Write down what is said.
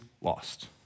lost